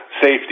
safety